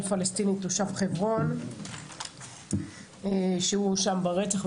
פלסטיני תושב חברון שהוא הואשם ברצח,